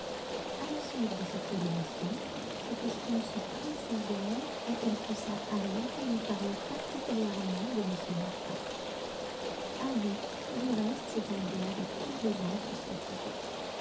à la suite de cette révélation ses questions se précisèrent et elle poussa harriet à lui parler particulièrement de m martin harriet du reste s'étendait avec complaisance sur ce sujet